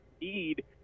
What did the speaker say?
need